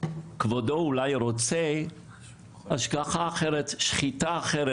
"כבודו אולי רוצה השגחה אחרת, אולי שחיטה אחרת?